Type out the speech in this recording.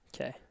Okay